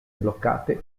bloccate